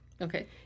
Okay